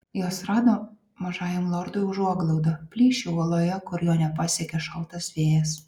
jos rado mažajam lordui užuoglaudą plyšį uoloje kur jo nepasiekė šaltas vėjas